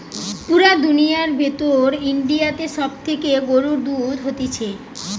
পুরা দুনিয়ার ভিতর ইন্ডিয়াতে সব থেকে গরুর দুধ হতিছে